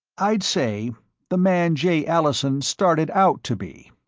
i'd say the man jay allison started out to be.